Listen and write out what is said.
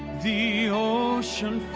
the ocean